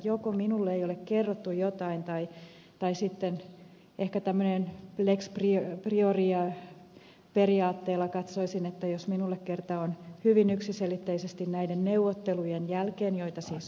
joko minulle ei ole kerrottu jotain tai sitten ehkä lex priori periaatteella katsoisin että jos minulle kerran on hyvin yksiselitteisesti näiden neuvotteluiden jälkeen joita siis on käyty ed